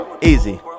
Easy